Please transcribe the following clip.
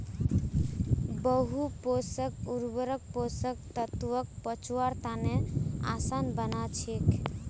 बहु पोषक उर्वरक पोषक तत्वक पचव्वार तने आसान बना छेक